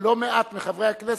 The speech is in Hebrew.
לא מעט מחברי הכנסת,